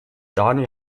dani